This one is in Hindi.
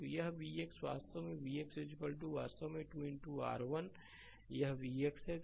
तो यह vx वास्तव में vx वास्तव में 2 r i1 यह vx है